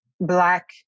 Black